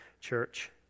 church